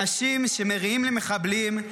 אנשים שמריעים למחבלים,